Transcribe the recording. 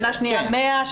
שנה שניה 100,